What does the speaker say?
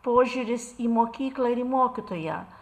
požiūris į mokyklą ir į mokytoją